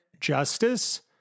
justice